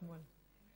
אתמול.